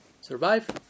survive